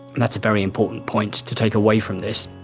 that's a very important point to take away from this.